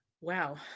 Wow